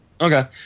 Okay